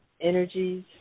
energies